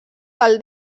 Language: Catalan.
del